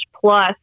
plus